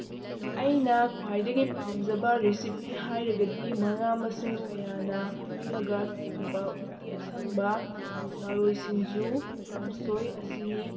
ꯑꯩꯅ ꯈ꯭ꯋꯥꯏꯗꯒꯤ ꯄꯥꯝꯖꯕ ꯔꯤꯁꯤꯄꯤ ꯍꯥꯏꯔꯒꯗꯤ ꯃꯅꯥ ꯃꯁꯤꯡ ꯀꯌꯥꯅ ꯄꯨꯜꯂꯒ ꯊꯣꯡꯕ ꯎꯠꯇꯤ ꯑꯁꯪꯕ ꯃꯔꯣꯏ ꯁꯤꯡꯖꯨ ꯀꯥꯡꯁꯣꯏ ꯑꯁꯤꯅꯤ